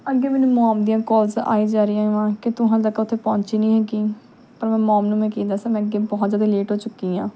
ਅੱਗੇ ਮੈਨੂੰ ਮੋਮ ਦੀਆਂ ਕੋਲਸ ਆਈ ਜਾ ਰਹੀਆਂ ਵਾਂ ਕਿ ਤੂੰ ਹਲੇ ਤੱਕ ਉੱਥੇ ਪਹੁੰਚੀ ਨਹੀਂ ਹੈਗੀ ਪਰ ਮੈਂ ਮੋਮ ਨੂੰ ਮੈਂ ਕੀ ਦੱਸਾ ਮੈਂ ਅੱਗੇ ਬਹੁਤ ਜ਼ਿਆਦਾ ਲੇਟ ਹੋ ਚੁੱਕੀ ਹਾਂ